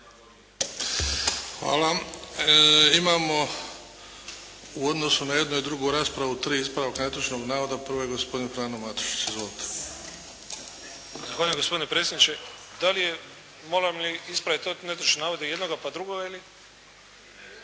Hvala. Imamo, budući na jednu i drugu raspravu tri ispravka netočnog navoda. Prvo je gospodin Frano Matušić. Izvolite. **Matušić, Frano (HDZ)** Zahvaljujem gospodine predsjedniče. Moram li ispraviti netočan navoda jednoga pa drugoga ili?